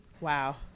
wow